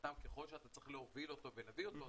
ככל שאתה צריך להוביל אותו ולהביא אותו,